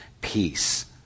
peace